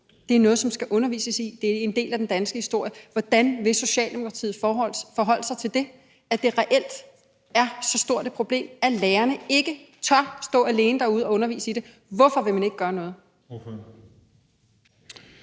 Det er noget, der skal undervises i. Det er en del af den danske historie. Hvordan vil Socialdemokratiet forholde sig til, at det reelt er et så stort problem, at lærerne ikke tør stå alene derude og undervise i det? Hvorfor vil man ikke gøre noget?